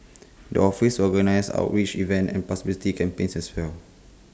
the office organise outreach events and publicity campaigns as well